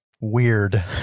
Weird